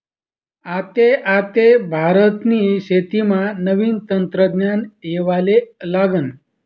आते आते भारतनी शेतीमा नवीन तंत्रज्ञान येवाले लागनं